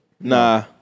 Nah